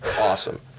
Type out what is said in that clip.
Awesome